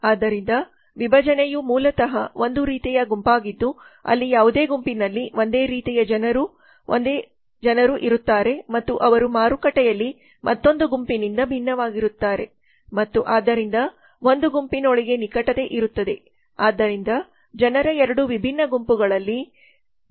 ಆದ್ದರಿಂದ ವಿಭಜನೆಯು ಮೂಲತಃ ಒಂದು ರೀತಿಯ ಗುಂಪಾಗಿದ್ದು ಅಲ್ಲಿ ಯಾವುದೇ ಗುಂಪಿನಲ್ಲಿ ಒಂದೇ ರೀತಿಯ ಜನರು ಒಂದೇ ರೀತಿಯ ಜನರು ಇರುತ್ತಾರೆ ಮತ್ತು ಅವರು ಮಾರುಕಟ್ಟೆಯಲ್ಲಿ ಮತ್ತೊಂದು ಗುಂಪಿನಿಂದ ಭಿನ್ನವಾಗಿರುತ್ತಾರೆ ಮತ್ತು ಆದ್ದರಿಂದ ಒಂದು ಗುಂಪಿನೊಳಗೆ ನಿಕಟತೆ ಇರುತ್ತದೆ ಆದರೆ ಜನರ 2 ವಿಭಿನ್ನ ಗುಂಪುಗಳಲ್ಲಿ ನಡುವೆ ಸಾಕಷ್ಟು ಅಂತರವಿದೆ